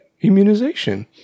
immunization